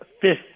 fifth